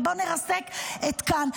ובואו נרסק את "כאן".